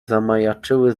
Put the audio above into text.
zamajaczyły